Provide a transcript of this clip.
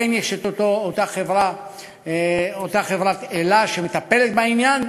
לכן יש את אותה חברת אל"ה שמטפלת בעניין.